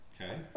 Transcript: Okay